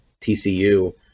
TCU